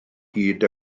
hyd